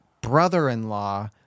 brother-in-law